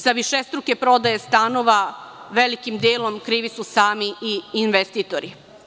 Za višestruke prodaje stanova velikim delom krivi su sami i investitori.